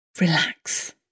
relax